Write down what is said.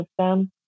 system